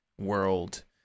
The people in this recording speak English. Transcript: world